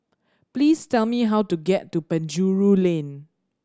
please tell me how to get to Penjuru Lane